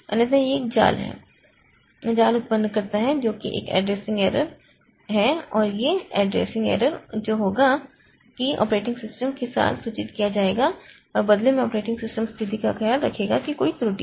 अन्यथा यह एक जाल उत्पन्न करता है जो कि एक एड्रेसिंग एरर है और यह एड्रेसिंग एरर जो होगा कि ऑपरेटिंग सिस्टम के साथ सूचित किया जाएगा और बदले में ऑपरेटिंग सिस्टम स्थिति का ख्याल रखेगा कि कोई त्रुटि है